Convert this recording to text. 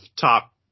top